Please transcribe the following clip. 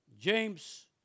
James